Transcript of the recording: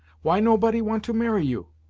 why nobody want to marry you?